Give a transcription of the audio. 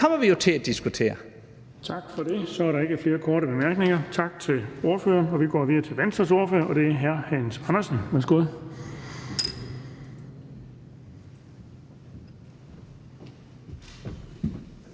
Den fg. formand (Erling Bonnesen): Der er ikke flere korte bemærkninger. Tak til ordføreren. Vi går videre til Venstres ordfører, og det er hr. Hans Andersen. Værsgo.